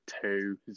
two